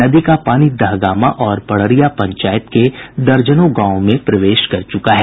नदी का पानी दहगामा और पडरिया पंचायत के दर्जनों गांवों में प्रवेश कर चुका है